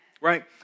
Right